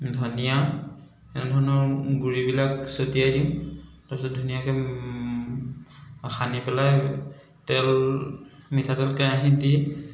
ধনিয়া এনে ধৰণৰ গুড়িবিলাক ছটিয়াই দিওঁ তাৰ পিছত ধুনীয়াকৈ সানি পেলাই তেল মিঠাতেল কেৰাহীত দি